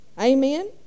Amen